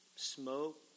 Smoke